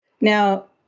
Now